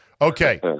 Okay